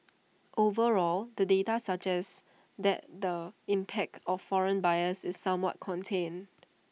overall the data suggests that the impact of foreign buyers is somewhat contained